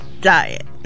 diet